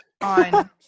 on